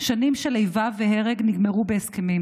שנים של איבה והרג נגמרו בהסכמים.